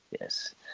Yes